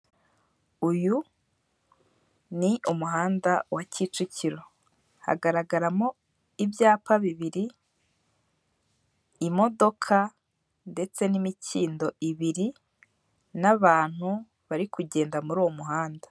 Uyu ni umuhanda wa kicukiro. Hagaragaramo ibyapa bibiri imodoka ndetse n'imikindo ibiri n'abantu bari kugenda muri uwo muhanda.